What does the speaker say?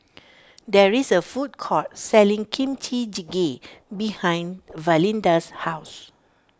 there is a food court selling Kimchi Jjigae behind Valinda's house